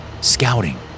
scouting